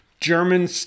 German